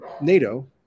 nato